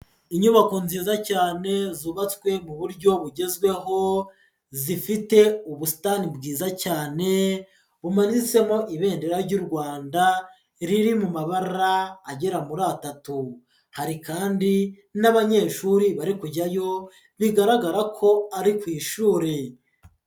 Inyubako nziza cyane zubatswe mu buryo bugezweho, zifite ubusitani bwiza cyane, bumanitsemo ibendera ry'u Rwanda riri mu mabara agera muri atatu, hari kandi n'abanyeshuri bari kujyayo bigaragara ko ari ku ishuri.